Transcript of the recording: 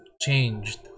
changed